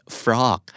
frog